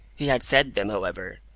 he had said them, however,